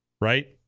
right